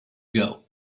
ago